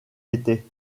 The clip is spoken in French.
était